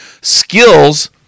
skills